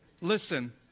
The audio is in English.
listen